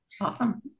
awesome